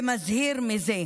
ומזהיר מזה,